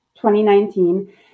2019